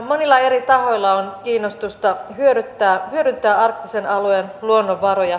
monilla eri tahoilla on kiinnostusta hyödyntää arktisen alueen luonnonvaroja